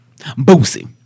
Boosie